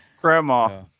Grandma